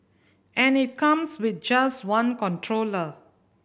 and it comes with just one controller